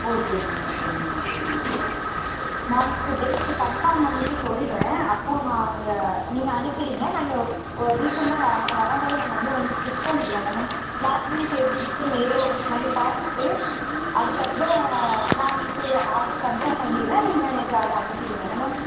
okay ma'am okay ma'am okay ma'am நான் உங்களுக்கு date confirm பண்ணிவிட்டு சொல்கிறேன் அப்போது நாங்கள் நீங்கள் அனுப்பிடுங்க நாங்கள் ஓ ரீசன்டாக அங்கே வரும் போது நாங்கள் வந்து ஒன்ஸ் செக் பண்ணிக்கலால்லை மேம் க்ளாத்வைஸ் எப்படி இருக்குது நேரில் ஒன்ஸ் வந்து பார்த்துட்டு அதுக்கப்புறோம் நான் உங்களுக்கு ஆட்ரு கன்ஃபார்ம் பண்ணிடறேன் நீங்கள் எனக்கு அதை அனுப்பிவிடுங்க என்ன மேம்